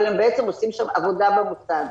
אבל הם בעצם עושים שם עבודה במוסד.